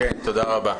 תודה רבה.